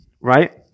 right